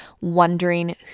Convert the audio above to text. wondering